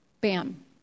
Bam